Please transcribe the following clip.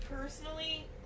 personally